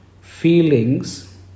feelings